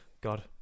God